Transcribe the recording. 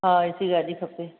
हा एसी गाॾी खपे